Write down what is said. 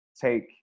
take